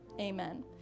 amen